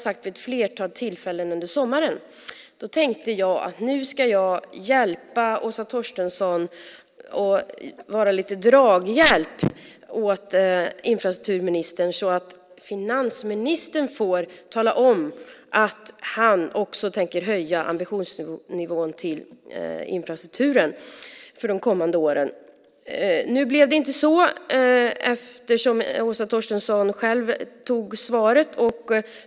Jag tänkte att jag skulle vara lite draghjälp åt infrastrukturminister Åsa Torstensson och att finansministern skulle få tala om att han också tänker höja ambitionsnivån för infrastrukturen de kommande åren. Nu blev det inte så eftersom Åsa Torstensson själv tog svaret.